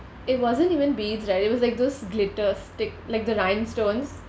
it wasn't even beads right it was like those glitter stick like the rhinestones